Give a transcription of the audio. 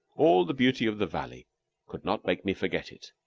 all the beauty of the valley could not make me forget it.